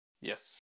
Yes